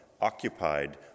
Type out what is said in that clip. occupied